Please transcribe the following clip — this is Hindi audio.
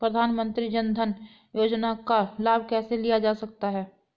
प्रधानमंत्री जनधन योजना का लाभ कैसे लिया जा सकता है?